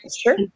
Sure